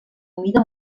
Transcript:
humida